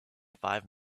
five